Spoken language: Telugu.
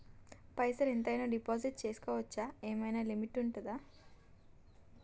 పైసల్ ఎంత అయినా డిపాజిట్ చేస్కోవచ్చా? ఏమైనా లిమిట్ ఉంటదా?